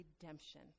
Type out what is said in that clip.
redemption